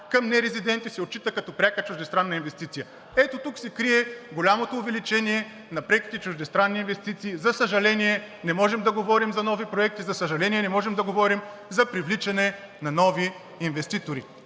към не-резиденти се отчита като пряка чуждестранна инвестиция. Ето тук се крие голямото увеличение на преките чуждестранни инвестиции. За съжаление, не можем да говорим за нови проекти. За съжаление, не можем да говорим за привличане на нови инвеститори.